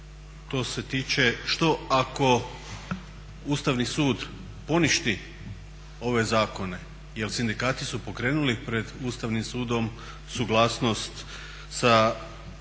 to se tiče što ako Ustavni sud poništi ove zakone? Jer sindikati su pokrenuli pred Ustavnim sudom suglasnost sa